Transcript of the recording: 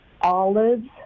olives